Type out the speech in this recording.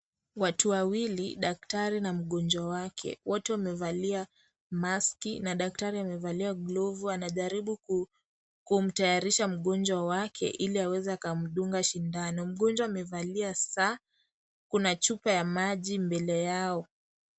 Watu wawili, daktari na mgonjwa wake wote wamevalia maski na daktari amevalia glovu anajaribu kumtayarisha mgonjwa wake ili aweze akamdunga sindano mgonjwa amevalia saa kuna chupa ya maji mbele yao.